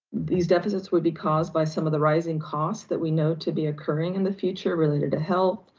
these deficits would be caused by some of the rising costs that we know to be occurring in the future related to health,